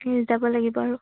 নিজে যাব লাগিব আৰু